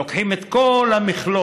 לוקחים את כל המכלול